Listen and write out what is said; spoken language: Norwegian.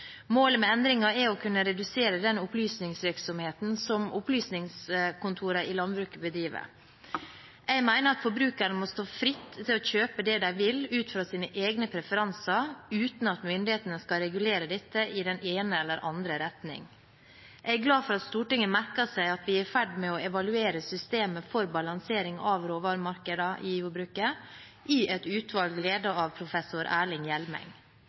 Målet med endringen er å kunne redusere den opplysningsvirksomheten som opplysningskontorene i landbruket bedriver. Jeg mener at forbrukerne må stå fritt til å kjøpe det de vil ut fra sine egne preferanser, uten at myndighetene skal regulere dette i den ene eller andre retning. Jeg er glad for at Stortinget har merket seg at vi er i ferd med å evaluere systemet for balansering av råvaremarkedene i jordbruket i et utvalg ledet av professor Erling Hjelmeng.